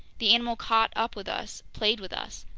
the animal caught up with us, played with us.